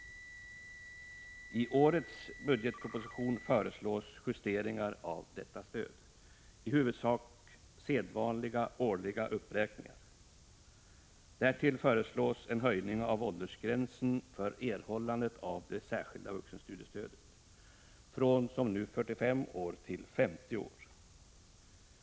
I årets budgetproposition föreslås justeringar av detta stöd, i huvudsak sedvanliga årliga uppräkningar. Därtill föreslås en höjning av åldersgränsen från 45 år till 50 år för erhållande av det särskilda vuxenstudiestödet.